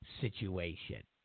situation